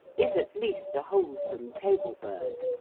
is at least a wholesome table bird.